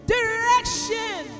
Direction